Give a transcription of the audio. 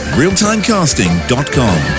realtimecasting.com